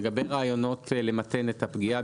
לגבי רעיונות למתן את הפגיעה,